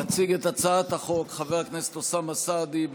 יציג את הצעת החוק חבר הכנסת אוסאמה סעדי,